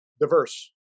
diverse